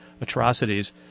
atrocities